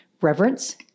reverence